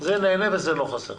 "זה נהנה וזה לא חסר".